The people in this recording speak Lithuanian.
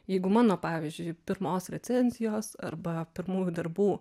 jeigu mano pavyzdžiui pirmos recenzijos arba pirmųjų darbų